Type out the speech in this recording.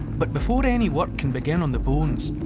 but before any work can begin on the bones,